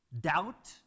doubt